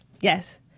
yes